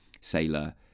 sailor